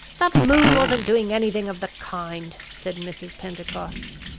the moon wasn't doing anything of the kind, said mrs. pentecost.